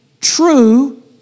true